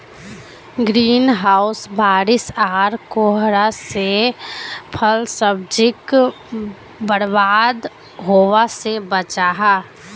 green house बारिश आर कोहरा से फल सब्जिक बर्बाद होवा से बचाहा